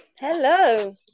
hello